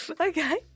Okay